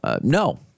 No